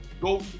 go